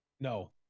No